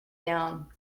down